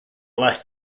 less